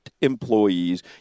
employees